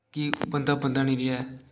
कि बन्दा बन्दा नी रेहा ऐ